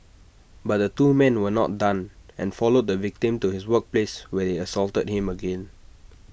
but the two men were not done and followed the victim to his workplace where they assaulted him again